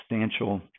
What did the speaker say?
substantial